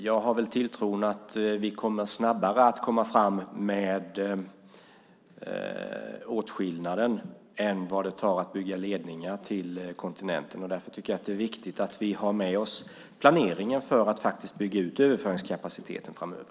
Jag tror det går snabbare att komma fram med åtskillnaden än att bygga ledningar till kontinenten. Därför är det viktigt att vi har med oss planeringen för att bygga ut överföringskapaciteten framöver.